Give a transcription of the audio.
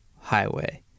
highway